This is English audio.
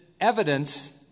evidence